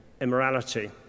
immorality